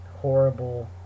horrible